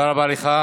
תודה רבה לך.